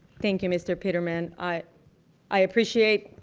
thank you mr. pediment, i i appreciate